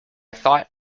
thought